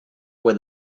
where